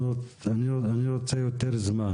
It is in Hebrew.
אני רוצה יותר זמן